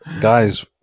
guys